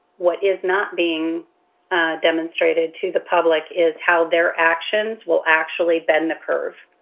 what is not being demonstrated to the public is how their actions will actually bend the curve.